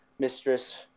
Mistress